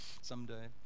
someday